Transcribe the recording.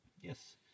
Yes